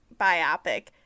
biopic